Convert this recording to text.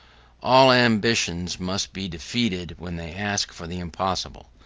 all ambitions must be defeated when they ask for the impossible.